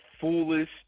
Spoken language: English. foolish